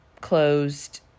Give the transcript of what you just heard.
closed